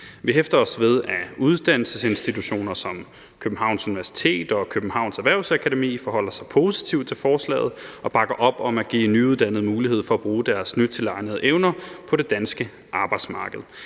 Vi hæfter os ved, at uddannelsesinstitutioner som Københavns Universitet og Københavns Erhvervsakademi forholder sig positivt til forslaget og bakker op om at give nyuddannede mulighed for at bruge deres nytilegnede evner på det danske arbejdsmarked.